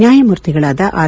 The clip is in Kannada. ನ್ಯಾಯಮೂರ್ತಿಗಳಾದ ಆರ್